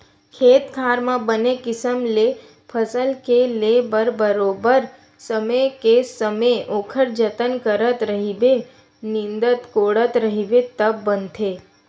खेत खार म बने किसम ले फसल के ले बर बरोबर समे के समे ओखर जतन करत रहिबे निंदत कोड़त रहिबे तब बनथे